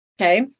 okay